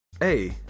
hey